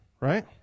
right